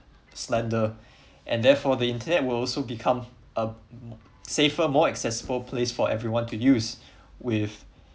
slander and therefore the internet will also become a safer more accessible place for everyone to use with